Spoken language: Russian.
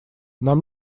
нам